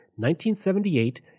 1978